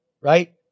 right